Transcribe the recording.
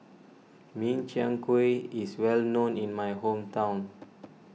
Min Chiang Kueh is well known in my hometown